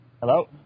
Hello